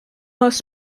most